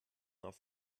auf